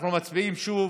אנחנו מצביעים שוב,